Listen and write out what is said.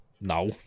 No